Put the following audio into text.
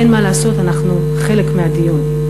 אין מה לעשות, אנחנו חלק מהדיון.